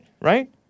right